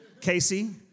Casey